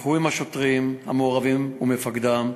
שוחחו עם השוטרים המעורבים ומפקדם,